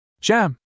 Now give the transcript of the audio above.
Jam